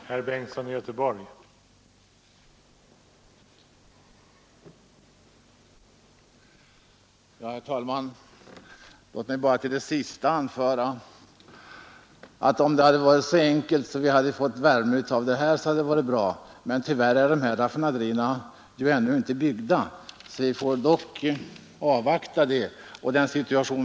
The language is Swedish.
Herr talman! Låt mig bara till det sista anföra, att om det varit så enkelt att vi hade fått värme av denna utbyggnad hade det varit bra. Men tyvärr är ifrågavarande raffinaderier ännu inte utbyggda, och vi får väl ändå avvakta att så sker.